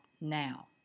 now